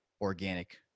organic